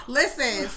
listen